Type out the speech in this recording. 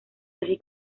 así